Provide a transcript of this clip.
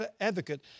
advocate